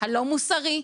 הלא מוסרי,